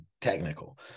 technical